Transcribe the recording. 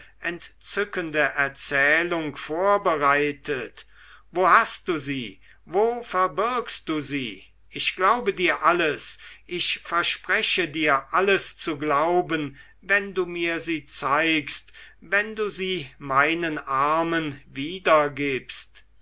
entzückende erzählung vorbereitet wo hast du sie wo verbirgst du sie ich glaube dir alles ich verspreche dir alles zu glauben wenn du mir sie zeigst wenn du sie meinen armen